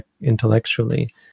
intellectually